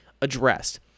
addressed